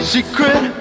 Secret